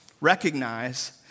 Recognize